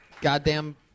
Goddamn